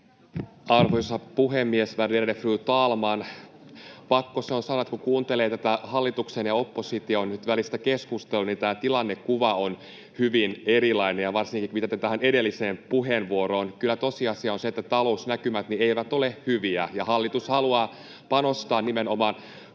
Arvoisa puhemies, värderade fru talman! Pakko se on sanoa, että kun nyt kuuntelee tätä hallituksen ja opposition välistä keskustelua, niin tämä tilannekuva on hyvin erilainen — varsinkin viitaten tähän edelliseen puheenvuoroon. Kyllä tosiasia on se, että talousnäkymät eivät ole hyviä ja hallitus haluaa panostaa nimenomaan